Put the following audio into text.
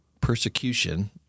persecution